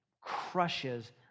crushes